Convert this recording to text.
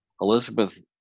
Elizabeth